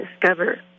discover